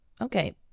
Okay